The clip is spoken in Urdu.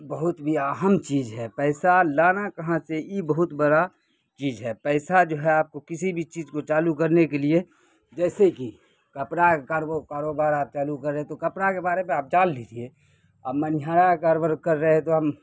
بہت بھی اہم چیز ہے پیسہ لانا کہاں سے یہ بہت بڑا چیز ہے پیسہ جو ہے آپ کو کسی بھی چیز کو چالو کرنے کے لیے جیسے کہ کپڑا کاروبار آپ چالو کر رہے تو کپڑا کے بارے میں آپ جان لیجیے اب منیہار کا کاروبار کر رہے تو ہم